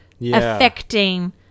affecting